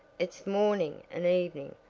it's morning and evening.